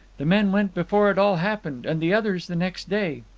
the men went before it all happened, and the others the next day.